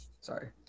Sorry